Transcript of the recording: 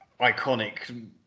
iconic